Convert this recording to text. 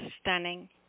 stunning